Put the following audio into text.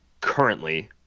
currently